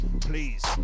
Please